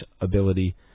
ability